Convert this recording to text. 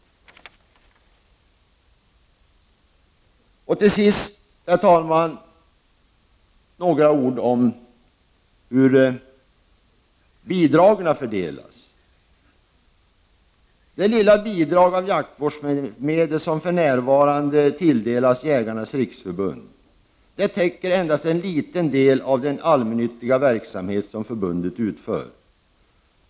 Till sist, herr talman, några ord om hur bidragen fördelas. Det lilla bidrag av jaktvårdsmedel som för närvarande tilldelas Jägarnas riksförbund täcker endast en liten del av den allmännyttiga verksamhet som förbundet utför.